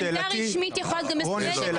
עמדה רשמית יכולה להיות גם מסייגת,